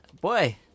boy